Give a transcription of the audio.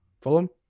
Fulham